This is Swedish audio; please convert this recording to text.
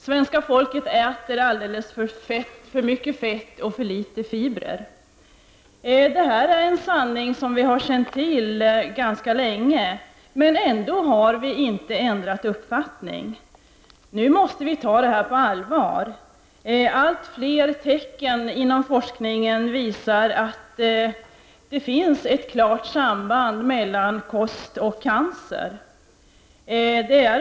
Svenska folket äter alldeles för mycket fett och för litet fibrer. Det här är en sanning som vi har känt till ganska länge, men ändå har vi inte ändrat vanor. Nu måste vi ta det här på allvar. Allt fler tecken inom forskningen visar att det finns ett klart samband mellan kost och cancer.